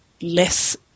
less